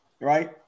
right